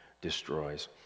destroys